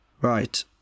Right